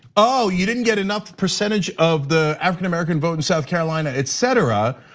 ah you didn't get enough percentage of the african-american vote in south carolina, etc.